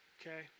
okay